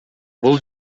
бул